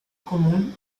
común